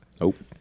Nope